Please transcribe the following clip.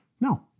No